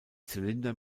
zylinder